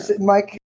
Mike